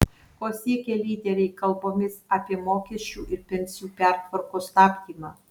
ko siekia lyderiai kalbomis apie mokesčių ir pensijų pertvarkos stabdymą